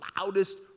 loudest